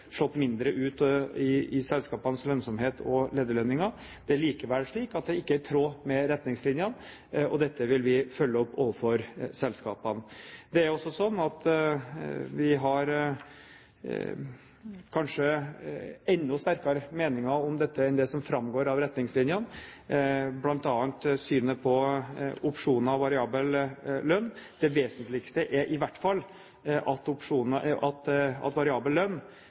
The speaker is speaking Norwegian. slått mindre ut i selskapenes lønnsomhet og i lederlønningene. Det er likevel slik at det ikke er i tråd med retningslinjene, og dette vil vi følge opp overfor selskapene. Det er kanskje også slik at vi har enda sterkere meninger om dette enn det som framgår av retningslinjene, bl.a. synet på opsjoner og variabel lønn. Det vesentligste er i hvert fall at